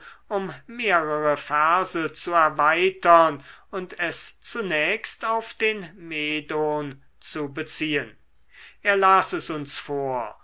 um mehrere verse zu erweitern und es zunächst auf den medon zu beziehen er las es uns vor